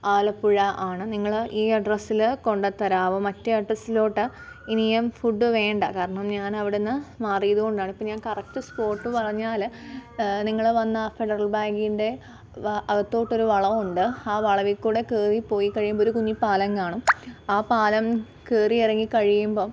ആലപ്പുഴ ആണ് നിങ്ങൾ ഈ അഡ്രസ്സിൽ കൊണ്ട് തരാവോ മറ്റേ അഡ്രസ്സിലോട്ട് ഇനിയും ഫുഡ് വേണ്ട കാരണം ഞാൻ അവിടുന്ന് മാറിയതുകൊണ്ടാണ് ഇപ്പോൾ ഞാൻ കറക്റ്റ് സ്പോട്ട് പറഞ്ഞാൽ നിങ്ങൾ വന്ന് ഫെഡറൽ ബാങ്കിൻ്റെ അകത്തോട്ട് ഒരു വളവുണ്ട് ആ വളവിൽ കൂടെ കയറി പോയി കഴിയുമ്പോൾ ഒരു കുഞ്ഞി പാലം കാണും ആ പാലം കയറി ഇറങ്ങി കഴിയുമ്പം